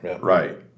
Right